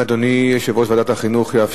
היו"ר אורי מקלב: בעד,